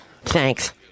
Thanks